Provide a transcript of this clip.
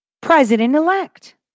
president-elect